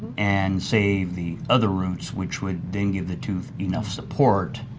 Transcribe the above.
and save the other roots which would then give the tooth enough support.